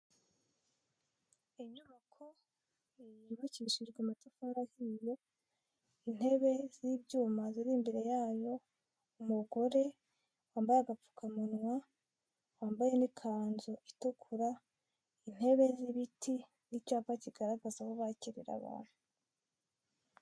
Inyubako yubakishijwe amatafari ahiye intebe z'ibyuma ziri imbere yayo, umugore wambaye agapfukamunwa wambaye n'ikanzu itukura intebe z'ibiti n'icyapa kigaragaza aho bakirira abantu.